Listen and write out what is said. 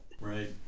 Right